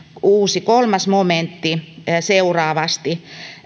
uusi kolmas momentti seuraavasti